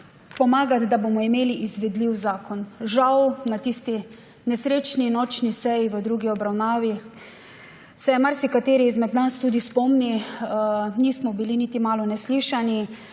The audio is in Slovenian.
opoziciji, da bomo imeli izvedljiv zakon. Žal na tisti nesrečni nočni seji v drugi obravnavi, marsikateri izmed nas se tudi spomni, nismo bili niti malo neslišani.